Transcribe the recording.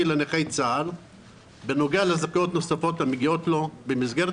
לנכי צה"ל בנוגע לזכאויות נוספות המגיעות להם במסגרת